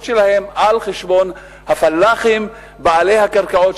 שלהם על חשבון הפלאחים בעלי הקרקעות,